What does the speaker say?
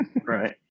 Right